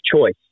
choice